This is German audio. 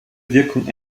wirkung